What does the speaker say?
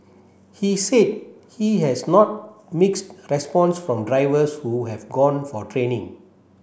he said he has not mixed response from drivers who have gone for training